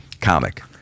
comic